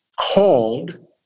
called